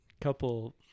couple